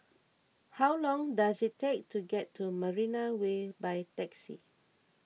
how long does it take to get to Marina Way by taxi